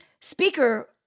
speaker